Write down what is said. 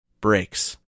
breaks